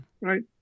right